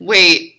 Wait